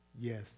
yes